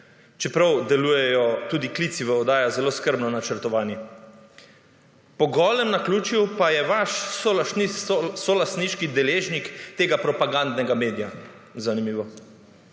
čeprav delujejo tudi klici v oddajo zelo skrbno načrtovani. Po golem naključju pa je vaš solastniški deležnik tega propagandnega medija. Zanimivo.